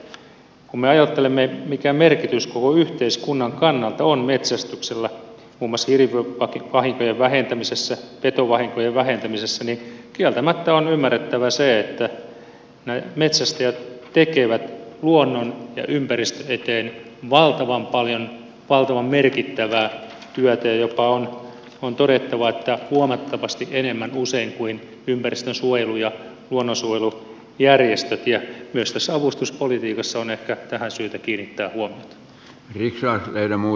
kun me ajattelemme mikä merkitys koko yhteiskunnan kannalta on metsästyksellä muun muassa hirvivahinkojen vähentämisessä petovahinkojen vähentämisessä niin kieltämättä on ymmärrettävä se että metsästäjät tekevät luonnon ja ympäristön eteen valtavan paljon valtavan merkittävää työtä ja jopa on todettava että huomattavasti enemmän usein kuin ympäristönsuojelu ja luonnonsuojelujärjestöt ja myös tässä avustuspolitiikassa on ehkä tähän syytä kiinnittää huomiota